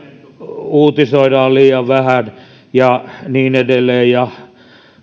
uutisoidaan liian vähän ja niin edelleen ja